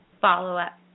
follow-up